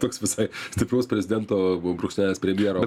toks visai stipraus prezidento brūkšnelis premjero